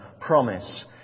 promise